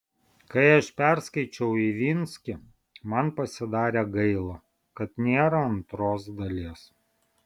kai aš perskaičiau ivinskį man pasidarė gaila kad nėra antros dalies